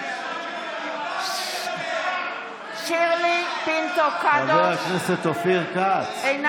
שירלי פינטו קדוש, אינה